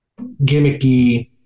gimmicky